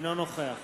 אינו נוכח